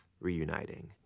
reuniting